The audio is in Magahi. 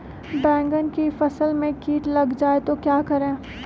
बैंगन की फसल में कीट लग जाए तो क्या करें?